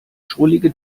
schrullige